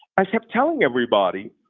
i kept telling everybody,